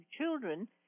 children